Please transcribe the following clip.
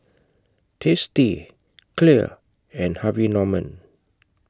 tasty Clear and Harvey Norman